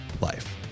life